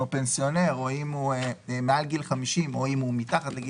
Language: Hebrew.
זוקפים היום 60% לפנסיונרים, 30% לבני